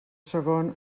segon